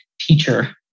teacher